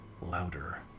louder